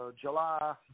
July